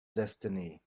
destiny